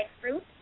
fruit